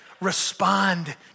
respond